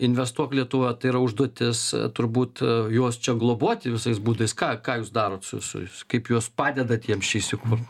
investuok lietuva tai yra užduotis turbūt juos čia globoti visais būdais ką ką jūs darot su su kaip jūs padedat jiems čia įsikurt